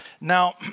Now